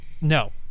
No